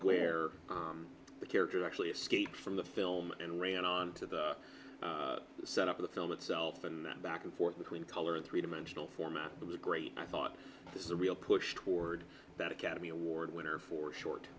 where the character actually escaped from the film and ran on to the set of the film itself and then back and forth between color three dimensional format it was great i thought this is a real push toward that academy award winner for short